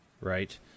right